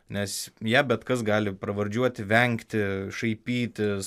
nes ją bet kas gali pravardžiuoti vengti šaipytis